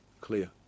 clear